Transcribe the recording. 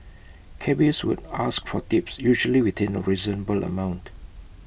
cabbies would ask for tips usually within A reasonable amount